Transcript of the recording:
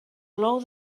plou